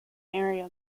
area